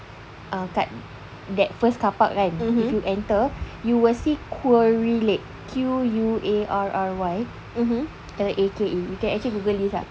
ah kat that first car park kan if you enter you will see quarry lake Q U A R R Y L A K E you can actually google this ah